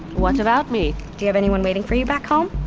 what about me? do you have anyone waiting for you back home?